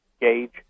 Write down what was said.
gauge